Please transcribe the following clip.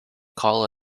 call